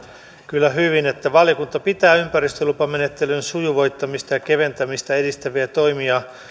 kyllä hyvin valiokunta pitää ympäristölupamenettelyn sujuvoittamista ja keventämistä edistäviä toimia